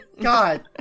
God